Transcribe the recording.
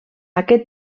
aquest